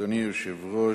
אדוני היושב-ראש,